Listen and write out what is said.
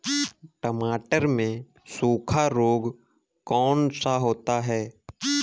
टमाटर में सूखा रोग कौन सा होता है?